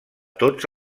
tots